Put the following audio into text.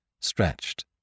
stretched